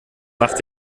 machte